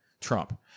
Trump